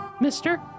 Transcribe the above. Mister